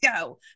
go